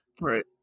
Right